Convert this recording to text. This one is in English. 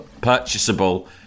purchasable